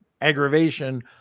aggravation